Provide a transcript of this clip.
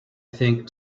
think